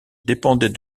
dépendait